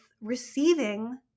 receiving